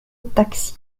taxi